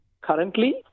currently